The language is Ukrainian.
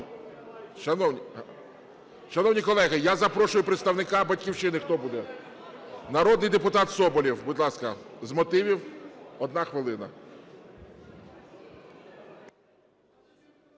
Шановні колеги, я запрошую представника "Батьківщини", хто буде? Народний депутат Соболєв, будь ласка, з мотивів, одна хвилина.